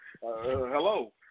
Hello